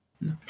No